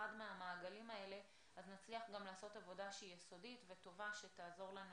מהמעגלים האלה אז נצליח גם לעשות עבודה שהיא יסודית וטובה שתעזור לנו